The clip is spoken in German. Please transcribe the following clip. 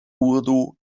urdu